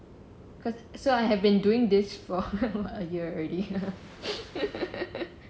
cause so I have been doing this for a year already